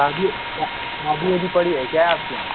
शादी शादी ऊदी पड़ी है क्या आपके यहाँ